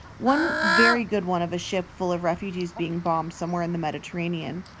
one very good one of a ship full of refugees being bombed somewhere in the mediterranean.